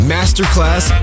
Masterclass